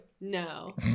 No